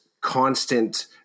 constant